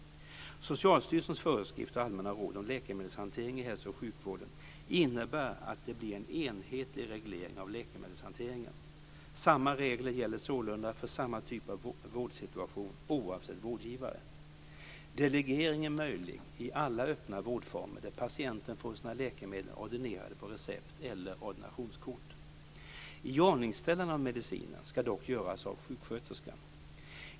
Socialstyrelsens föreskrifter och allmänna råd om läkemedelshantering i hälso och sjukvården innebär att det blir en enhetlig reglering av läkemedelshanteringen. Samma regler gäller sålunda för samma typ av vårdsituation oavsett vårdgivare. Delegering är möjlig i alla öppna vårdformer där patienten får sina läkemedel ordinerade på recept eller ordinationskort. Iordningställandet av medicinen ska dock göras av sjuksköterskan.